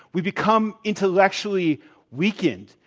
we become intellectually weakened.